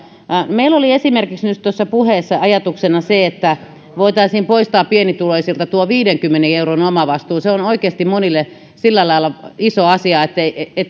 meillä oli esimerkiksi myös tuossa puheessa ajatuksena se että voitaisiin poistaa pienituloisilta viidenkymmenen euron omavastuu se on oikeasti monille sillä lailla iso asia että